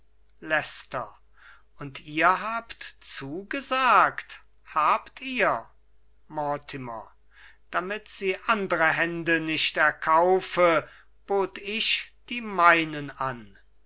und ihr habt zugesagt habt ihr mortimer damit sie andre hände nicht erkaufe bot ich die meinen an